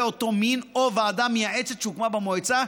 אותו מין או ועדה מייעצת שהוקמה במועצה,